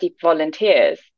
volunteers